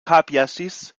kapjesis